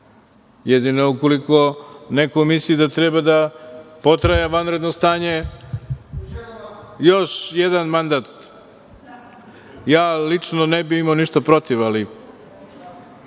Jedino ukoliko neko misli da potraje vanredno stanje još jedan mandat. Ja lično ne bih imao ništa protiv, ali